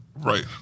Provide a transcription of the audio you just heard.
Right